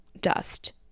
dust